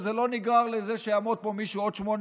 וזה לא נגרר לזה שיעמוד פה מישהו בעוד שמונה